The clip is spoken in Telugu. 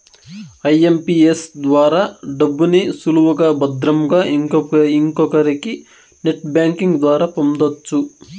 ఐఎంపీఎస్ ద్వారా డబ్బుని సులువుగా భద్రంగా ఇంకొకరికి నెట్ బ్యాంకింగ్ ద్వారా పొందొచ్చు